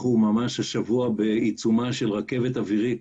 אנחנו ממש השבוע בעיצומה של רכבת אווירית